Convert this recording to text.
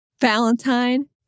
Valentine